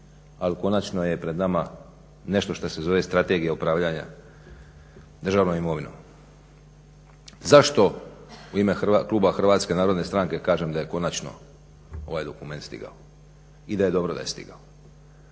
Ali, konačno je pred nama nešto što se zove Strategija upravljanja državnom imovinom. Zašto u ime kluba HNS-a kažem da je konačno ovaj dokument stigao i da je dobro da je stigao?